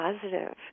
positive